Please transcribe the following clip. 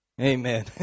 Amen